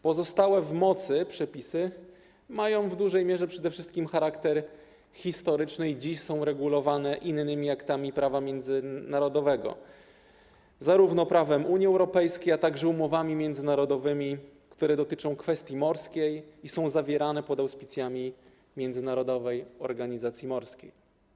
Pozostałe w mocy przepisy mają w dużej mierze, przede wszystkim charakter historyczny i dziś są regulowane innymi aktami prawa międzynarodowego, zarówno prawem Unii Europejskiej, jak również umowami międzynarodowymi, które dotyczą kwestii morskiej i są zawierane pod auspicjami Międzynarodowej Organizacji Morskiej.